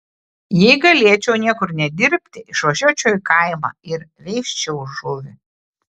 jei galėčiau nieko nedirbti išvažiuočiau į kaimą ir veisčiau žuvį